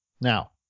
Now